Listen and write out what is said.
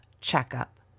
checkup